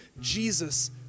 Jesus